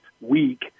week